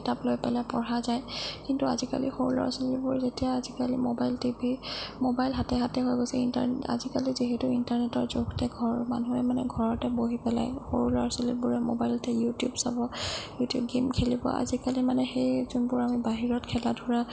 কিতাপ লৈ পেলাই পঢ়া যায় কিন্তু আজিকালি সৰু ল'ৰা ছোৱালীবোৰ যেতিয়া আজিকালি ম'বাইল টি ভি ম'বাইল হাতে হাতে হৈ গৈছে ইণ্টাৰনেট আজিকালি যিহেতু ইণ্টাৰনেটৰ যুগ ঘৰৰ মানুহে মানে ঘৰতে বহি পেলাই সৰু ল'ৰা ছোৱালীবোৰে ম'বাইলতে ইউটিউব চাব ইউটিউব গেম খেলিব আজিকালি মানে সেই যোনবোৰ আমি বাহিৰত খেলা ধূলা